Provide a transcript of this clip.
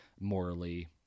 morally